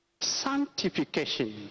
sanctification